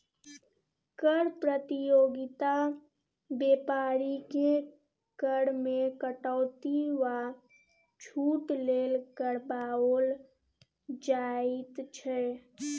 कर प्रतियोगिता बेपारीकेँ कर मे कटौती वा छूट लेल करबाओल जाइत छै